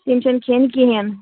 تِم چھِ نہٕ کھیٚنۍ کِہیٖنٛۍ